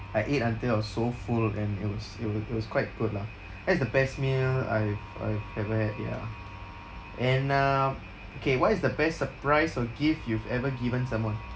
I ate until I was so full and it was it wa~ it was quite good lah that's the best meal I've I've ever had ya and uh okay what is the best surprise or gift you've ever given someone